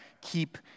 keep